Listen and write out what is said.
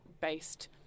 based